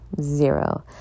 zero